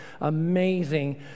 amazing